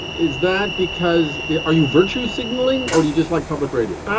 is that because are you virtue signalling or do you just like public radio?